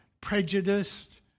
prejudiced